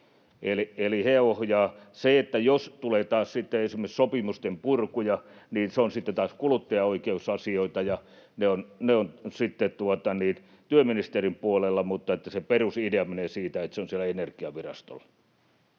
eli he ohjaavat. Jos tulee taas esimerkiksi sopimusten purku, niin se on sitten taas kuluttajaoikeusasioita, ja ne ovat työministerin puolella, mutta se perusidea menee siinä, että se on Energiavirastolla.